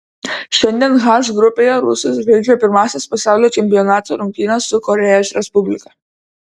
šiandien h grupėje rusai žaidžia pirmąsias pasaulio čempionato rungtynes su korėjos respublika